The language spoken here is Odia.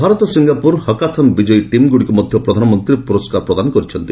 ଭାରତ ସିଙ୍ଗାପୁର ହକାଥନ ବିକୟୀ ଟିମ୍ଗୁଡ଼ିକୁ ମଧ୍ୟ ପ୍ରଧାନମନ୍ତୀ ପୁରସ୍କାର ପ୍ରଦାନ କରିଛନ୍ତି